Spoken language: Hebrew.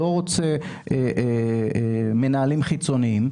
לא רוצה מנהלים חיצוניים,